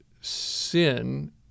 sin